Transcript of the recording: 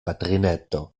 patrineto